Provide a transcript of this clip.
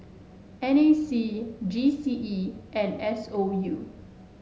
N A C G C E and S O U